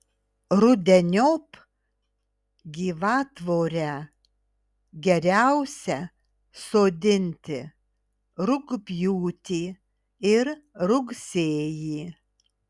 rudeniop gyvatvorę geriausia sodinti rugpjūtį ir rugsėjį